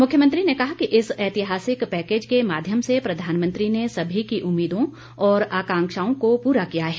मुख्यमंत्री ने कहा कि इस ऐतिहासिक पैकेज के माध्यम से प्रधानमंत्री ने सभी की उम्मीदों और आकांक्षाओं को पूरा किया है